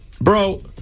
Bro